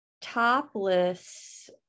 topless